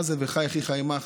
מה זה "וחי אחיך עמך"?